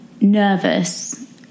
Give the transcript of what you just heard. Nervous